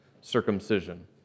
circumcision